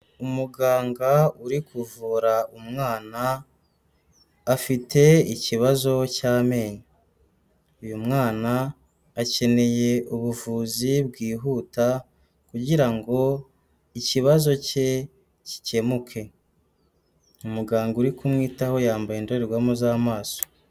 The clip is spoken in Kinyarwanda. Umuganga uri kuvura umwana, afite ikibazo cy'amenyo. Uyu mwana akeneye ubuvuzi bwihuta, kugira ngo ikibazo cye gikemuke. Umuganga uri kumwitaho yambaye indorerwamo z'amaso.